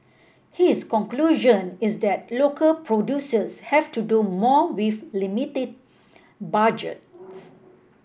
his conclusion is that local producers have to do more with limited budgets